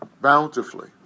bountifully